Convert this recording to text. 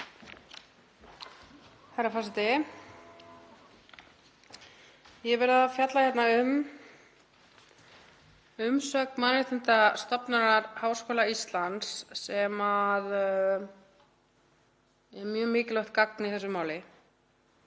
Herra forseti. Ég hef verið að fjalla hérna um umsögn Mannréttindastofnunar Háskóla Íslands sem er mjög mikilvægt gagn í þessu máli.